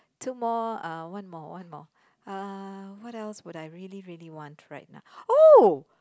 two more uh one more one more uh what else would I really really want right now oh